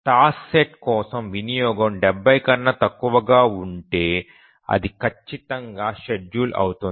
task set కోసం వినియోగం 70 కన్నా తక్కువ ఉంటే అది ఖచ్చితంగా షెడ్యూల్ అవుతుంది